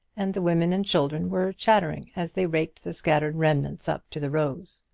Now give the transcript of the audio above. and the women and children were chattering as they raked the scattered remnants up to the rows.